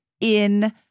in-